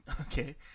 Okay